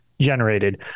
generated